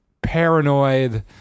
paranoid